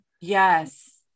yes